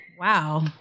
Wow